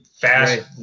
fast